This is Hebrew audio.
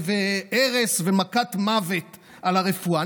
הרס ומכת מוות לרפואה.